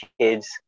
kids